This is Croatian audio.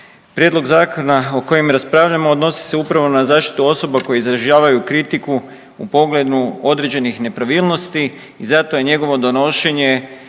Prijedlog zakona o kojem raspravljamo odnosi se upravo na zaštitu osoba koje izražavaju kritiku u pogledu određenih nepravilnosti i zato je njegovo donošenje